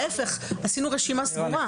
עשינו רשימה סגורה.